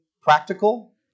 practical